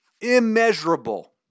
Immeasurable